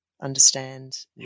understand